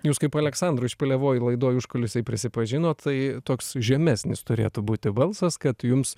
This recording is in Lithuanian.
jūs kaip aleksandrui špilevojui laidoj užkulisiai prisipažinot tai toks žemesnis turėtų būti balsas kad jums